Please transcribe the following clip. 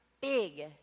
big